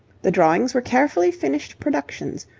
the drawings were carefully finished productions,